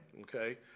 okay